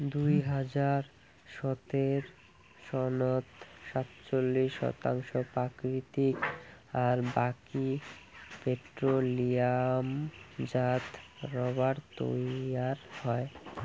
দুই হাজার সতের সনত সাতচল্লিশ শতাংশ প্রাকৃতিক আর বাকি পেট্রোলিয়ামজাত রবার তৈয়ার হয়